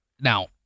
now